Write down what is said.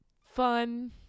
fun